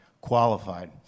qualified